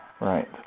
Right